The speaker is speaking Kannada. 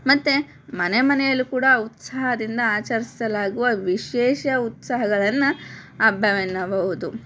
ಮತ್ತು ಮನೆ ಮನೆಯಲ್ಲೂ ಕೂಡ ಉತ್ಸಾಹದಿಂದ ಆಚರಿಸಲಾಗುವ ವಿಶೇಷ ಉತ್ಸವಗಳನ್ನ ಹಬ್ಬವೆನ್ನಬಹುದು